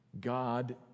God